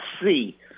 see